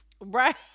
Right